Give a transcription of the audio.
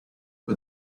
but